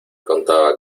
contaba